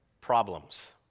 problems